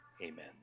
Amen